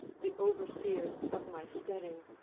the overseers of my steading,